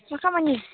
मा खामानि